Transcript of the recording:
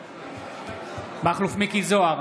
נגד מכלוף מיקי זוהר,